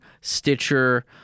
Stitcher